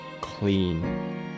clean